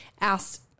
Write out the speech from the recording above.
asked